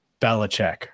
Belichick